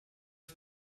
els